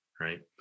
Right